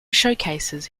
showcases